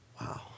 wow